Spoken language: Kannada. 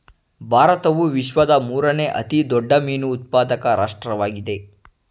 ಭಾರತವು ವಿಶ್ವದ ಮೂರನೇ ಅತಿ ದೊಡ್ಡ ಮೀನು ಉತ್ಪಾದಕ ರಾಷ್ಟ್ರವಾಗಿದೆ